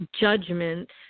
judgment